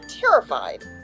Terrified